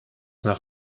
nach